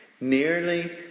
Nearly